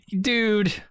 dude